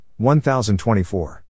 1024